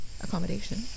accommodation